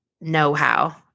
know-how